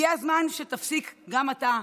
הגיע הזמן שתפסיק גם אתה,